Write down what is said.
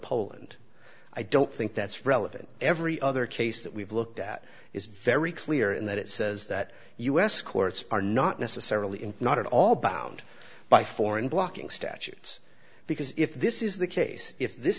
poland i don't think that's relevant every other case that we've looked at is very clear in that it says that u s courts are not necessarily in not at all bound by foreign blocking statutes because if this is the case if this